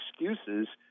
excuses